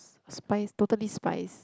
spies Totally Spies